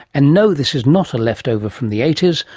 and no, this is not a leftover from the eighties,